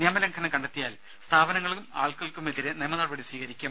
നിയമലംഘനം കണ്ടെത്തിയാൽ സ്ഥാപനങ്ങൾക്കും ആളുകൾക്കുമെതിരെ നിയമ നടപടി സ്വീകരിക്കും